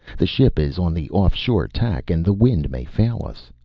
the ship is on the off-shore tack and the wind may fail us.